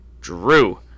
Drew